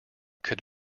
could